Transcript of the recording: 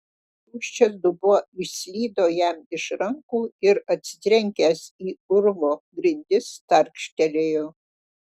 tuščias dubuo išslydo jam iš rankų ir atsitrenkęs į urvo grindis tarkštelėjo